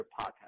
Podcast